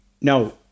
no